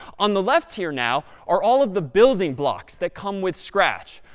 on the left here, now, are all of the building blocks that come with scratch.